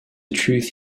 truth